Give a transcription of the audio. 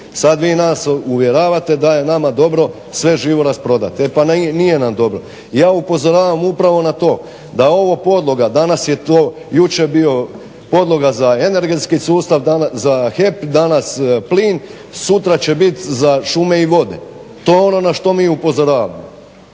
Sad vi nas uvjeravate da je nama dobro sve živo rasprodat. E pa nije nam dobro. Ja upozoravam upravo na to, da ovo podloga danas je to, jučer bio podloga za energetski sustav, za HEP, danas plin. Sutra će bit za šume i vode. To je ono na što mi upozoravamo.